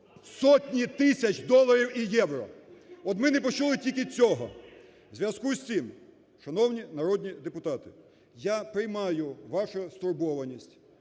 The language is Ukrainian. сотні тисяч доларів і євро. От ми не почули тільки цього. У зв'язку з цим, шановні народні депутати, я приймаю вашу стурбованість,